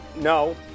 no